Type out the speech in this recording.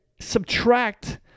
subtract